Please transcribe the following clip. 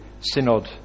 Synod